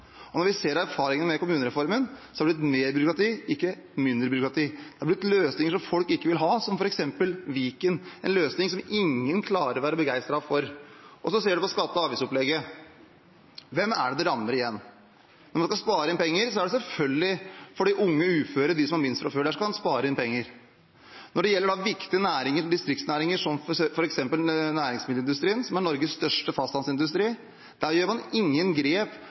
Når vi ser erfaringene med kommunereformen, har det blitt mer byråkrati, ikke mindre byråkrati. Det har blitt løsninger som folk ikke vil ha, som f.eks. Viken – en løsning som ingen klarer å være begeistret for. Når man ser på skatte- og avgiftsopplegget: Hvem er det det rammer igjen? Når man skal spare inn penger, er det selvfølgelig på de unge uføre, de som har minst fra før – der skal man spare inn penger. Når det gjelder viktige distriktsnæringer, som f.eks. næringsmiddelindustrien, som er Norges største fastlandsindustri, gjør man ingen grep